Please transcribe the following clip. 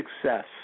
success